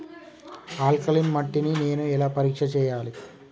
Alkaline మట్టి ని నేను ఎలా పరీక్ష చేయాలి?